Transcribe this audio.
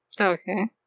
Okay